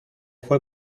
fue